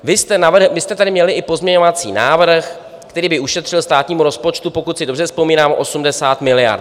Vy jste tady měli i pozměňovací návrh, který by ušetřil státnímu rozpočtu, pokud si dobře vzpomínám, 80 miliard.